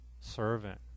servant